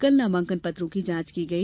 कल नामांकन पत्रों की जांच की गई